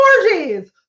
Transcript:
orgies